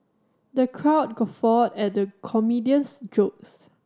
the crowd guffawed at the comedian's jokes